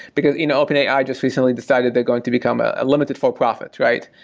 because you know opanai just recently decided they're going to become a limited for profit, right?